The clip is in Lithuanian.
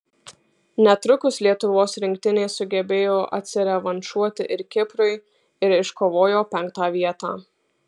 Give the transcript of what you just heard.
netrukus lietuvos rinktinė sugebėjo atsirevanšuoti ir kiprui ir iškovojo penktą vietą